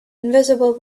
invisible